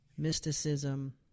mysticism